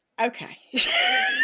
Okay